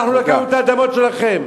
אנחנו לקחנו את האדמות שלכם?